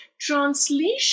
translation